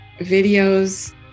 videos